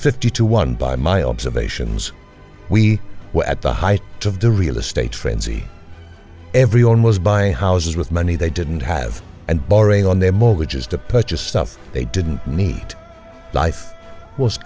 fifty to one by my observations we were at the height of the real estate frenzy everyone was buying houses with money they didn't have and borrowing on their mortgages to purchase stuff they didn't meet life was